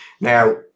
Now